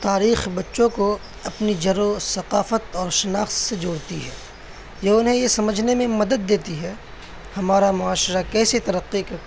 تاریخ بچوں کو اپنی جڑوں ثقافت اور شناخت سے جوڑتی ہے یہ انہیں یہ سمجھنے میں مدد دیتی ہے ہمارا معاشرہ کیسی ترقی کے